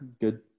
good